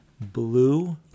blue